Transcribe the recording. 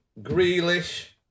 Grealish